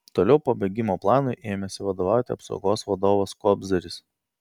toliau pabėgimo planui ėmėsi vadovauti apsaugos vadovas kobzaris